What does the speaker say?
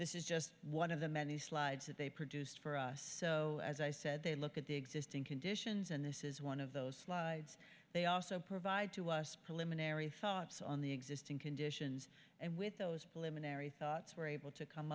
this is just one of the many slides that they produced for us so as i said they look at the existing conditions and this is one of those slides they also provide to us pullin ery thoughts on the existing conditions and with those policemen ery thoughts were able to come